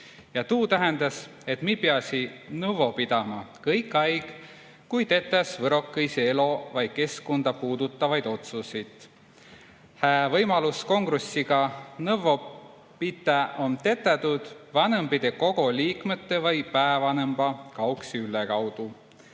ja tuu tähendas, et mi piäsi nõvvo pidämä kõik aig, kui tetäs võrokõisi elo või keskkonda puudutavaid otsusid. Hää võimalus kongressiga nõvvo pitä on tetä tuud vanõmbidõ kogo liikmete või päävanõmba Kauksi Ülle kaudu.